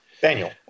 Daniel